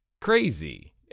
crazy